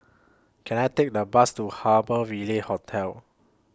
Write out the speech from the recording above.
Can I Take The Bus to Harbour Ville Hotel